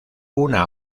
una